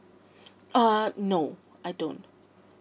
uh no I don't